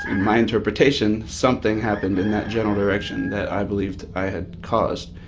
my interpretation, something happened in that general direction that i believed i had caused.